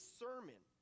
sermon